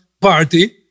party